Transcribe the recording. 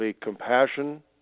compassion